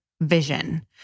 vision